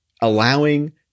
allowing